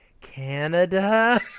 Canada